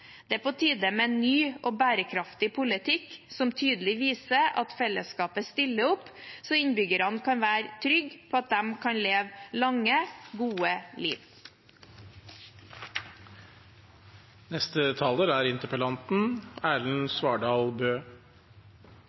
Det er på tide med en ny og bærekraftig politikk som tydelig viser at fellesskapet stiller opp, så innbyggerne kan være trygge på at de kan leve